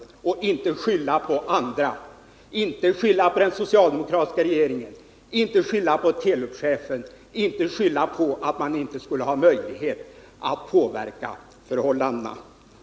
Den bör inte skylla på andra, inte på den socialdemokratiska regeringen, inte på Telubchefen, och den bör inte heller skylla på att den inte skulle ha möjlighet att påverka förhållandena.